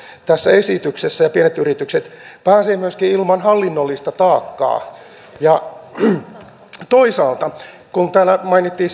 tässä esityksessä ja pienet yritykset pääsevät myöskin ilman hallinnollista taakkaa toisaalta kun täällä mainittiin